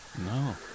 No